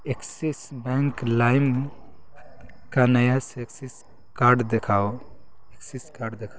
Axis bank لائم کا نیا کارڈ دکھاؤ ایکسس کارڈ دکھاؤ